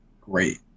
great